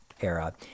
era